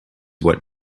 what